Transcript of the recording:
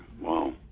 Wow